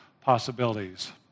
possibilities